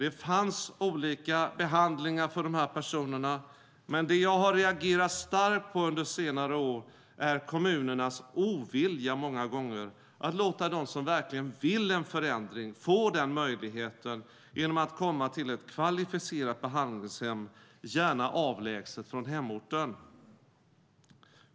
Det fanns olika behandlingar för de här personerna, men det jag har reagerat starkt på under senare år är kommunernas många gånger ovilja att låta de som verkligen vill en förändring få den möjligheten genom att komma till ett kvalificerat behandlingshem, gärna avlägset från hemorten.